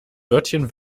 wörtchen